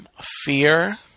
fear